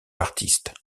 artiste